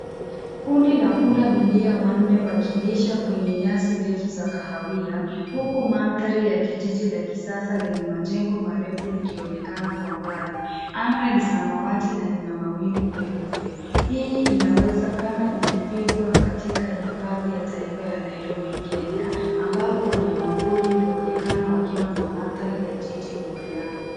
Kundi la punda milia wanne wakilisha kwenye nyasi ndefu za kahawia, huku mandhari ya kijiji la kisasa lenye majengo marefu likionekana kwa mbali. Anga ni samawati na lina mawingu meupe. Hii inawezekana ilipigwa katika hifadhi ya taifa ya Nairobi, Kenya, ambapo wanyamapori huonekana wakiwa na mandhari ya jiji nyuma yao.